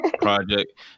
project